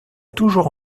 toujours